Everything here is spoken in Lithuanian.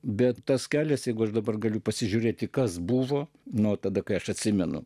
bet tas kelias jeigu aš dabar galiu pasižiūrėti kas buvo nuo tada kai aš atsimenu